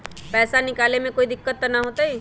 पैसा निकाले में कोई दिक्कत त न होतई?